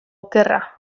okerra